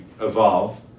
evolve